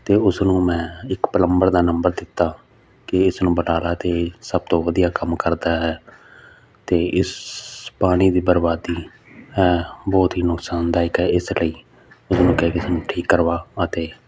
ਅਤੇ ਉਸ ਨੂੰ ਮੈਂ ਇੱਕ ਪਲੰਬਰ ਦਾ ਨੰਬਰ ਦਿੱਤਾ ਕਿ ਇਸ ਨੂੰ ਬਟਾਲਾ ਦੇ ਸਭ ਤੋਂ ਵਧੀਆ ਕੰਮ ਕਰਦਾ ਹੈ ਅਤੇ ਇਸ ਪਾਣੀ ਦੀ ਬਰਬਾਦੀ ਹੈ ਬਹੁਤ ਹੀ ਨੁਕਸਾਨਦਾਇਕ ਹੈ ਇਸ ਲਈ ਉਹਨੂੰ ਕਿਹਾ ਇਸ ਨੂੰ ਠੀਕ ਕਰਵਾ ਅਤੇ